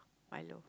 Milo